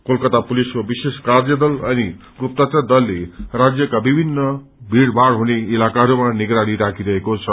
कलकता पुलिसको विशेष कार्यदल अनि गुप्तचर दलले राज्यका विभिन्न भीड़भाड़ हुने इलाकाहरूमा निगरानी राखिरहेको छ